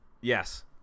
yes